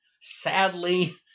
sadly